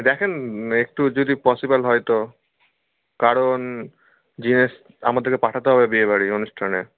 দেখেন একটু যদি পসিবল হয় তো কারণ জিনিস আমাদেরকে পাঠাতে হবে বিয়ে বাড়ির অনুষ্ঠানে